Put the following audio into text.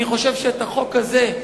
אני חושב שאת החוק הזה,